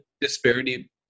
disparity